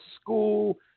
school